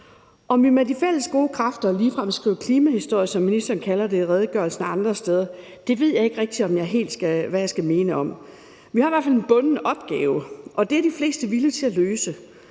Om vi med de fælles gode kræfter ligefrem skriver klimahistorie, som ministeren kalder det i redegørelsen og andre steder, ved jeg ikke rigtig hvad jeg skal mene om. Vi har i hvert fald en bunden opgave, og den er de fleste villige til at løse.